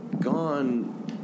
gone